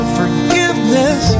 forgiveness